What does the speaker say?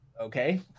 okay